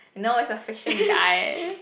no it's a fiction guy